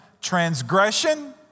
transgression